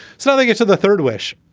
so they get to the third wish.